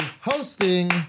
hosting